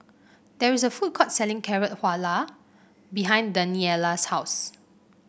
there is a food court selling Carrot Halwa behind Daniela's house